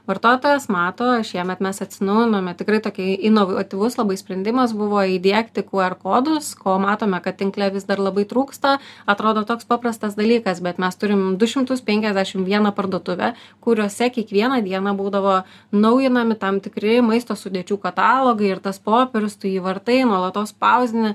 vartotojas mato šiemet mes atsinaujinome tikrai tokia inovatyvus labai sprendimas buvo įdiegti kuer kodus ko matome kad tinkle vis dar labai trūksta atrodo toks paprastas dalykas bet mes turim du šimtis penkiasdešim vieną parduotuvę kuriose kiekvieną dieną būdavo naujinami tam tikri maisto sudėčių katalogai ir tas popierius tu jį vartai nuolatos spausdini